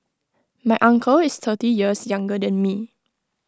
my uncle is thirty years younger than me